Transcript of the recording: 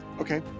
Okay